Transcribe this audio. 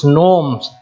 norms